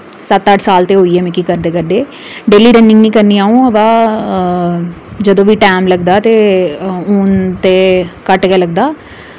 सत्त अट्ठ साल ते होई गे मिकी करदे करदे डेह्ल्ली रनिंग नि करनी अ'ऊं वा जदूं बी टैम लगदा ते हून ते घट्ट गै लगदा